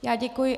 Já děkuji.